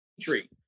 tree